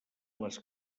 les